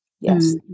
yes